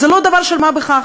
אז זה לא דבר של מה בכך.